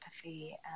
empathy